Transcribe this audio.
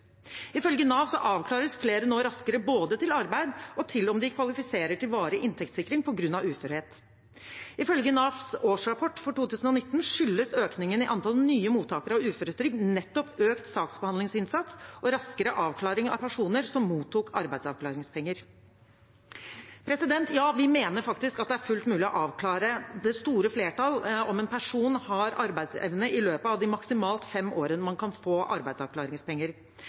Ifølge Nav avklares nå flere raskere både til arbeid og til om de kvalifiserer til varig inntektssikring på grunn av uførhet. Ifølge Navs årsrapport for 2019 skyldes økningen i antallet nye mottakere av uføretrygd nettopp økt saksbehandlingsinnsats og raskere avklaring av personer som mottok arbeidsavklaringspenger. Vi mener faktisk at det er fullt mulig å avklare det store flertall – om en person har arbeidsevne – i løpet av de maksimalt fem årene man kan få arbeidsavklaringspenger.